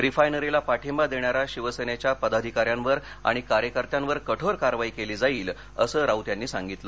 रिफायनरीला पाठिंबा देणाऱ्या शिवसेनेच्या पदाधिकाऱ्यांवर आणि कार्यकर्त्यांवर कठोर कारवाई केली जाईल असं राऊत यांनी सांगितलं